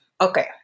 okay